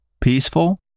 peaceful